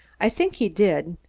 i think he did.